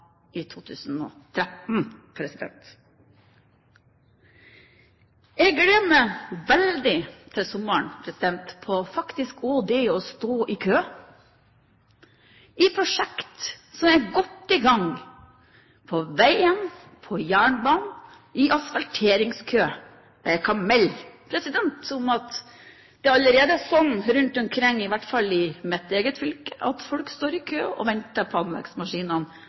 i 2013. Jeg gleder meg veldig til sommeren, faktisk òg til det å stå i kø – i prosjekt som er godt i gang på veien, på jernbanen og når det gjelder asfaltering. Vi kan melde om at det allerede er sånn rundt omkring, iallfall i mitt eget fylke, at folk står i kø og venter på anleggsmaskinene